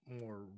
more